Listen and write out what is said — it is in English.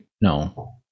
No